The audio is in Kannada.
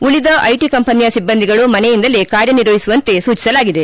ಉಳಿದ ಐಟಿ ಕಂಪೆನಿಯ ಸಿಬ್ಬಂದಿಗಳು ಮನೆಯಿಂದಲೇ ಕಾರ್ಯನಿರ್ವಹಿಸುವಂತೆ ಸೂಚಿಸಲಾಗಿದೆ